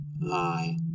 lie